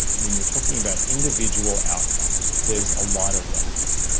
when you're talking about individual outcomes, there's a lot of randomness.